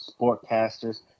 sportcasters